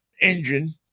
engine